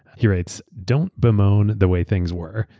he writes, don't bemoan the way things were,